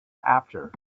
after